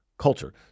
culture